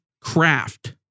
craft